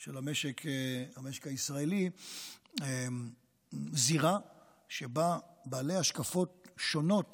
של המשק הישראלי זירה שבה בעלי השקפות שונות